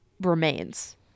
remains